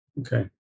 Okay